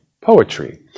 poetry